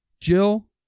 Jill